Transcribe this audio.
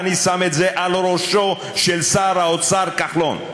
ואני שם את זה על ראשו של שר האוצר כחלון,